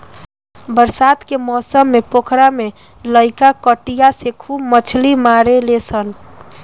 बरसात के मौसम पोखरा में लईका कटिया से खूब मछली मारेलसन